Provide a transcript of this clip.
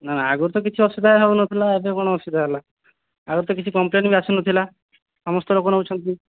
ନାଁ ଆଗରୁ ତ କିଛି ଅସୁବିଧା ହେଉ ନଥିଲା ଏବେ କ'ଣ ଅସୁବିଧା ହେଲା ଆଗରୁ ତ କିଛି କମ୍ପଲେନ ବି ଆସୁନଥିଲା ସମସ୍ତେ ଲୋକ ନେଉଛନ୍ତି